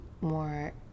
more